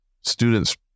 students